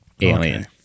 alien